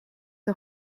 een